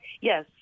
Yes